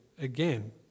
again